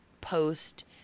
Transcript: post